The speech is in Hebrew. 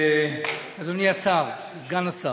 אדוני סגן השר,